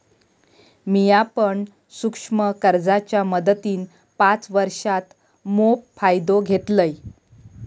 मिया पण सूक्ष्म कर्जाच्या मदतीन पाच वर्षांत मोप फायदो घेतलंय